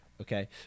Okay